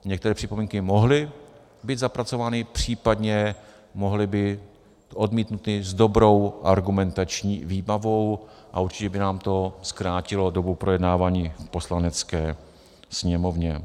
Některé připomínky mohly být zapracovány, případně mohly být odmítnuty s dobrou argumentační výbavou a určitě by nám to zkrátilo dobu projednávání v Poslanecké sněmovně.